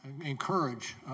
encourage